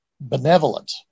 benevolent